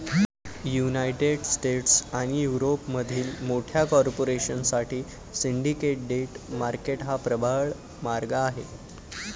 United States आणि युरोपमधील मोठ्या कॉर्पोरेशन साठी सिंडिकेट डेट मार्केट हा प्रबळ मार्ग आहे